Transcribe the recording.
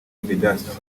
vedaste